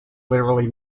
literally